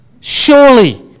Surely